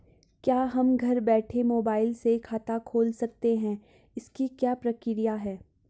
क्या हम घर बैठे मोबाइल से खाता खोल सकते हैं इसकी क्या प्रक्रिया है?